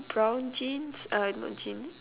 uh brown jeans uh not jeans